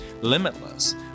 limitless